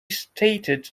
stated